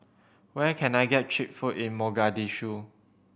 where can I get cheap food in Mogadishu